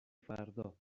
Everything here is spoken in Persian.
فردا